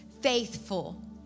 faithful